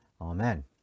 Amen